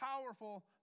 powerful